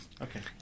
Okay